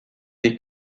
les